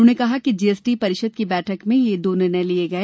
उन्होंने कहा कि जीएसटी परिषद की बैठक में ये दो निर्णय किए गए